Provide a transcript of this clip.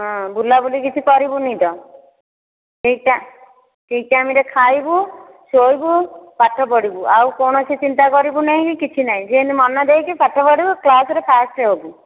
ହଁ ବୁଲାବୁଲି କିଛି କରିବୁନି ତ ଠିକ୍ ଠିକ୍ ଟାଇମ୍ରେ ଖାଇବୁ ଶୋଇବୁ ପାଠ ପଢ଼ିବୁ ଆଉ କୌଣସି ଚିନ୍ତା କରିବୁ ନାହିଁ କି କିଛି ନାହିଁ ଯେମିତି ମନ ଦେଇକି ପାଠ ପଢ଼ିବୁ କ୍ଲାସ୍ରେ ଫାଷ୍ଟ୍ ହେବୁ